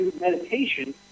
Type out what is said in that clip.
meditation